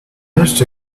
minutes